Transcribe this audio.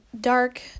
dark